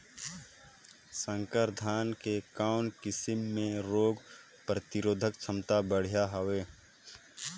संकर धान के कौन किसम मे रोग प्रतिरोधक क्षमता बढ़िया हवे?